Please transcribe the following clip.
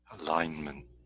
Alignment